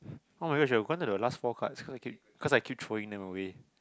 oh-my-gosh we have gone to the last four cards cause I keep cause I keep throwing them away